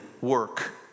work